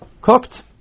cooked